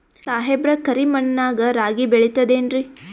ಸಾಹೇಬ್ರ, ಕರಿ ಮಣ್ ನಾಗ ರಾಗಿ ಬೆಳಿತದೇನ್ರಿ?